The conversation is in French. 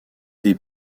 des